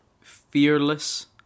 Fearless